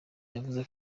yavuze